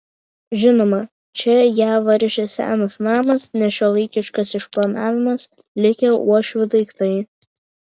žinoma čia ją varžė senas namas nešiuolaikiškas išplanavimas likę uošvių daiktai